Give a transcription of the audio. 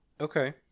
Okay